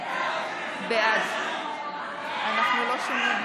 אינו נוכח מירי